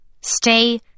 stay